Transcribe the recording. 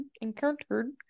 encountered